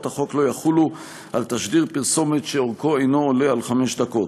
החוק לא יחולו על תשדיר פרסומת שאורכו אינו עולה על חמש דקות.